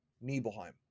Nibelheim